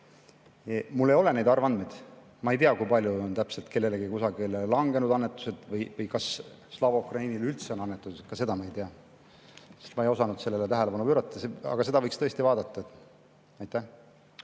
Mul ei ole neid arvandmeid. Ma ei tea, kui palju on täpselt kellelegi kusagil annetused langenud või kas Slava Ukrainile üldse on annetatud, ka seda ma ei tea, sest ma ei osanud sellele tähelepanu pöörata. Aga seda võiks tõesti vaadata. Aitäh